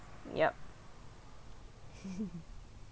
yup